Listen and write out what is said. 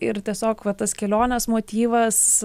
ir tiesiog va tas kelionės motyvas